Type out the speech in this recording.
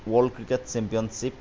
world cricket championship